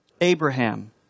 Abraham